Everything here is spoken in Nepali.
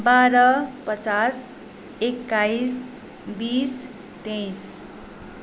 बाह्र पचास एक्काइस बिस तेइस